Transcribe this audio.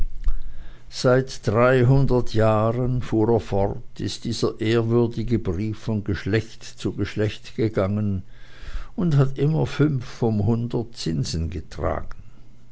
seit dreihundert jahren fuhr er fort ist dieser ehrwürdige brief von geschlecht zu geschlecht gegangen und hat immer fünf vom hundert zinsen getragen